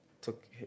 took